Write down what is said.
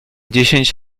dziesięć